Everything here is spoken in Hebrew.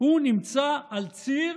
נמצא על ציר